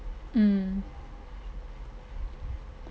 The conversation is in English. mm